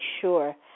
sure